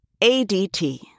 ADT